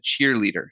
cheerleader